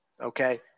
Okay